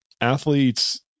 Athletes